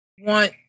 want